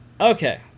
Okay